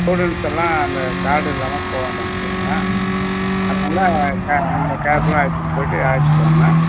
students எல்லாம் அந்த card இல்லாமல் போக வேண்டாம்ன்னு சொல்லுங்கள் அதனால நீங்கள் கேர்ஃபுல்லாக அழைச்சுட்டு போய்ட்டு அழைச்சுட்டு வாங்க